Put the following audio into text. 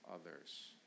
others